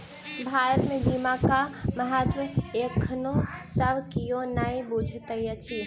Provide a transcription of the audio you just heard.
भारत मे बीमाक महत्व एखनो सब कियो नै बुझैत अछि